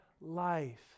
life